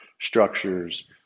structures